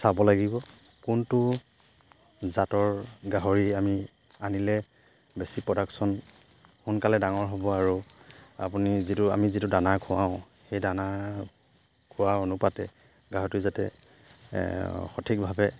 চাব লাগিব কোনটো জাতৰ গাহৰি আমি আনিলে বেছি প্ৰডাকশ্যন সোনকালে ডাঙৰ হ'ব আৰু আপুনি যিটো আমি যিটো দানা খুৱাওঁ সেই দানা খোৱা অনুপাতে গাহৰিটো যাতে সঠিকভাৱে